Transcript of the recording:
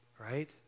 Right